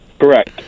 Correct